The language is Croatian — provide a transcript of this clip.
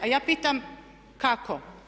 A ja pitam kako?